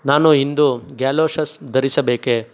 ನಾನು ಇಂದು ಗ್ಯಾಲೋಶಸ್ ಧರಿಸಬೇಕೇ